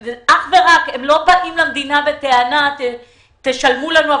הם לא באים למדינה בטענה שתשלם להם,